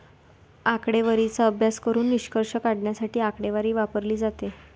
आकडेवारीचा अभ्यास करून निष्कर्ष काढण्यासाठी आकडेवारी वापरली जाते